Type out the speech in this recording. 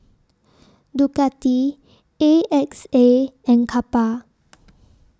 Ducati A X A and Kappa